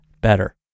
better